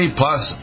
plus